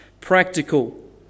practical